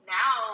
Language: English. now